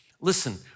Listen